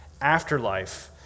afterlife